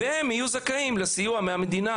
והם יהיו זכאים לסיוע מהמדינה